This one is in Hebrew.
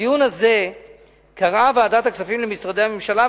בדיון הזה קראה ועדת הכספים למשרדי הממשלה,